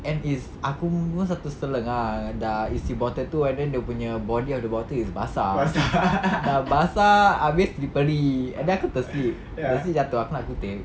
and is aku pun satu selenge lah dah isi bottle tu and then dia punya body of the bottle is basah dah basah habis slippery abeh aku terslip or is it jatuh aku nak kutip